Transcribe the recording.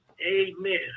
Amen